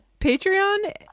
Patreon